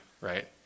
right